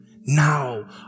now